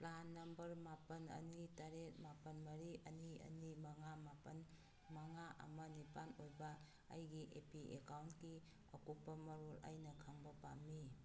PRAN number ꯃꯥꯄꯜ ꯑꯅꯤ ꯇꯔꯦꯠ ꯃꯥꯄꯜ ꯃꯔꯤ ꯑꯅꯤ ꯑꯅꯤ ꯃꯉꯥ ꯃꯥꯄꯜ ꯃꯉꯥ ꯑꯃ ꯅꯤꯄꯥꯜ ꯑꯣꯏꯕ ꯑꯩꯒꯤ ꯑꯦ ꯄꯤ ꯑꯦꯀꯥꯎꯟꯀꯤ ꯑꯀꯨꯞꯄ ꯃꯔꯣꯜ ꯑꯩꯅ ꯈꯪꯕ ꯄꯥꯝꯃꯤ